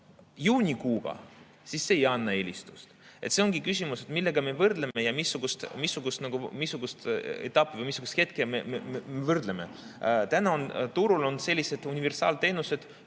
juunikuuga, siis see ei anna eelist. See ongi küsimus, millega me võrdleme ja missugust etappi või missugust hetke me võrdleme. Täna on turul sellised universaalteenused